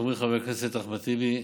חברי חבר הכנסת אחמד טיבי,